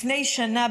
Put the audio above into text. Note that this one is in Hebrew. לפני שנה,